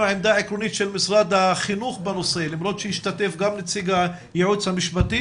הייתי רפרנט חינוך במחלקת ייעוץ וחקיקה,